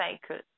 cycle